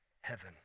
heaven